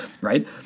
right